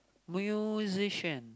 musician